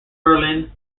berlin